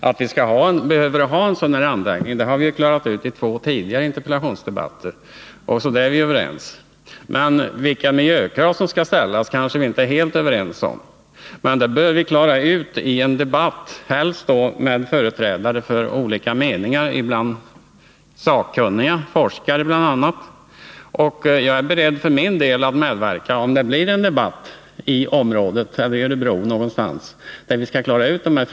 Herr talman! Att vi behöver ha en sådan här anläggning har vi klarat ut i två tidigare interpellationsdebatter, så därvidlag är vi överens. Men vilka miljökrav som skall ställas är vi kanske inte helt överens om. Det bör vi kunna klara ut i en debatt, helst med företrädare för olika meningar hos sakkunniga, bl.a. forskare. Jag är för min del beredd att medverka om det blir en debatt om de här frågorna i det aktuella området — eller t.ex. i Örebro.